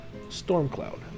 Stormcloud